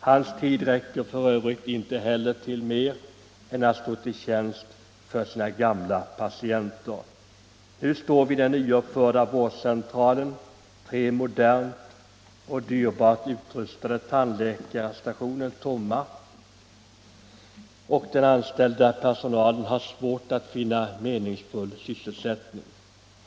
Hans tid räcker f. ö. inte heller till mer än att stå till tjänst för sina gamla patienter. Nu står vid den nyuppförda vårdcentralen tre modernt och dyrbart utrustade tandläkarmottagningar tomma, och den anställda personalen har svårt att finna meningsfull sysselsättning.